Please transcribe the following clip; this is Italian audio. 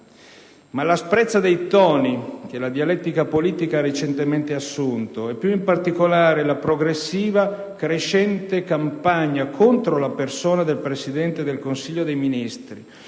Ma l'asprezza dei toni che la dialettica politica ha recentemente assunto e, più in particolare, la progressiva, crescente campagna contro la persona del Presidente del Consiglio dei ministri,